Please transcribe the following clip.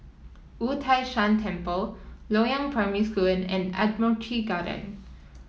Wu Tai Shan Temple Loyang Primary School and Admiralty Garden